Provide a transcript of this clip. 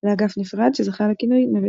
לאגף נפרד שזכה לכינוי "נווה תרצה".